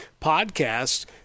podcast